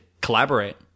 collaborate